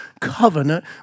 covenant